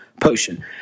potion